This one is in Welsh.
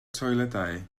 toiledau